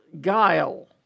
guile